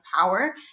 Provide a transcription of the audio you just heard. power